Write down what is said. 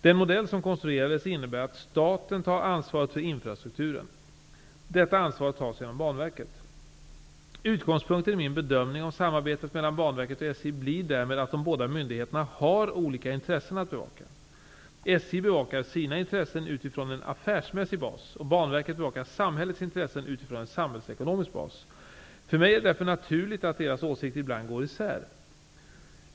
Den modell som konstruerades innebär att staten tar ansvaret för infrastrukturen. Detta ansvar tas genom Utgångspunkten i min bedömning om samarbetet mellan Banverket och SJ blir därmed att de båda myndigheterna har olika intressen att bevaka. SJ bevakar sina intressen utifrån en affärsmässig bas, och Banverket bevakar samhällets intressen utifrån en samhällsekonomisk bas. För mig är det därför naturligt att deras åsikter ibland går isär.